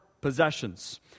possessions